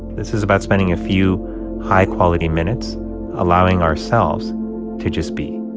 this is about spending a few high-quality minutes allowing ourselves to just be